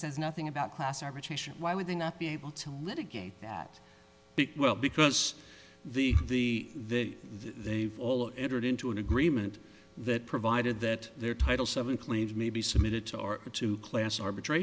says nothing about class arbitration why would they not be able to litigate that big well because the the that they've all entered into an agreement that provided that their title seven claims may be submitted to or to class arbitra